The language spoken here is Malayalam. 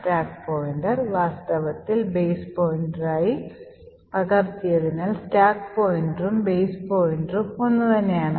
സ്റ്റാക്ക് പോയിന്റർ വാസ്തവത്തിൽ ബേസ് പോയിന്ററായി പകർത്തിയതിനാൽ സ്റ്റാക്ക് പോയിന്ററും base പോയിന്ററും ഒന്നു തന്നെയാണ്